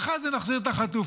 ואחרי זה נחזיר את החטופים.